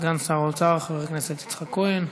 סגן שר האוצר חבר הכנסת יצחק כהן.